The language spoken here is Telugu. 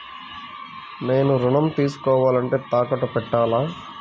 నేను ఋణం తీసుకోవాలంటే తాకట్టు పెట్టాలా?